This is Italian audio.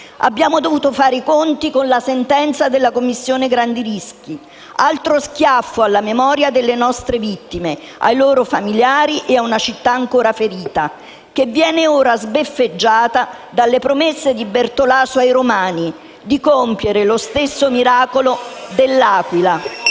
Abbiamo dovuto fare i conti con la sentenza della Commissione grande rischi, altro schiaffo alla memoria delle nostre vittime, ai loro familiari e a una città ancora ferita, che viene ora sbeffeggiata dalle promesse di Bertolaso ai romani di compiere lo stesso miracolo dell'Aquila.